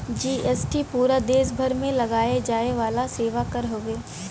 GST पूरा देस भर में लगाये जाये वाला सेवा कर हउवे